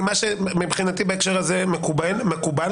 מבחינתי בהקשר הזה מקובל.